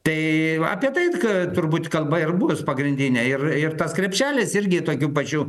tai apie tait ka turbūt kalba ir bus pagrindinė ir ir tas krepšelis irgi tokiu pačiu